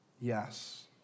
Yes